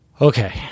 Okay